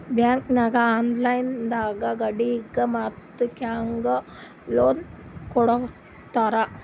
bank ನಾಗ್ online ನಾಗ್ ಗಾಡಿಗ್ ಮತ್ ಕಾರ್ಗ್ ಲೋನ್ ಕೊಡ್ತಾರ್